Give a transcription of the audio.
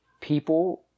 people